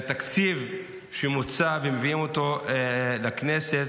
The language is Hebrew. התקציב שמוצע ומביאים לכנסת,